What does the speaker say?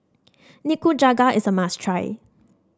Nikujaga is a must try